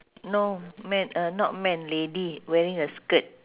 no men uh not man lady wearing a skirt